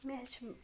مےٚ حظ چھِ